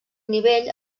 nivell